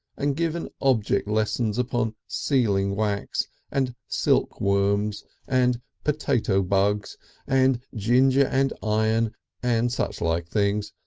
and given object lessons upon sealing wax and silk-worms and potato bugs and ginger and iron and such like things,